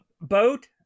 Boat